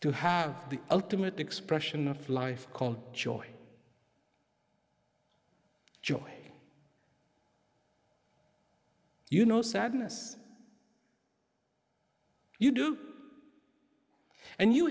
to have the ultimate expression of life joy joy you know sadness you do and you